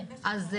אז,